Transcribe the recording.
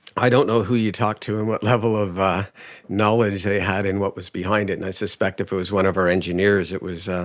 i don't know who you talked to and what level of knowledge they had in what was behind it and i suspect if it was one of our engineers, it was